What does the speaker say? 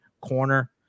corner